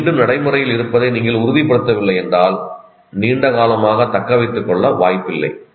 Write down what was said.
இது மீண்டும் நடைமுறையில் இருப்பதை நீங்கள் உறுதிப்படுத்தவில்லை என்றால் நீண்ட காலமாக தக்கவைத்துக்கொள்ள வாய்ப்பில்லை